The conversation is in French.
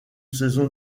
saison